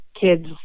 kids